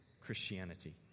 Christianity